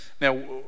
now